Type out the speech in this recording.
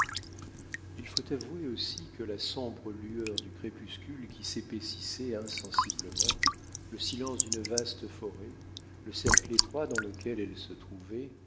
il faut avouer aussi que la sombre lueur du crépuscule qui s'épaississait insensiblement le silence d'une vaste forêt le cercle étroit dans lequel elles se trouvaient